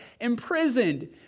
imprisoned